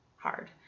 hard